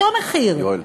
אותו מחיר,